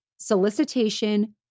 Solicitation